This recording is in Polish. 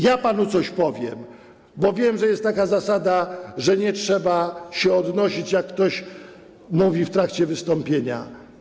Ja panu coś powiem, choć wiem, że jest taka zasada, że nie trzeba się odnosić, jak ktoś mówi coś w trakcie wystąpienia.